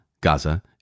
Gaza